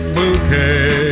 bouquet